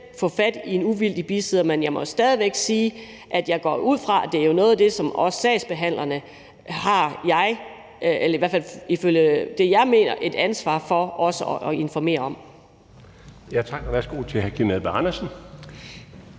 få fat i en uvildig bisidder. Men jeg må stadig væk sige, at jeg går ud fra, at det er noget af det, som sagsbehandlerne – efter min mening – har et ansvar for også at informere om.